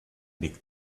big